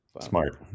smart